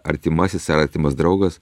artimasis ar artimas draugas